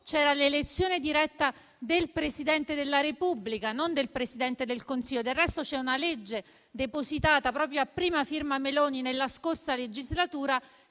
c'era l'elezione diretta del Presidente della Repubblica, non del Presidente del Consiglio. Del resto, è stato depositato un disegno di legge, a prima firma Meloni, nella scorsa legislatura,